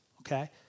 Okay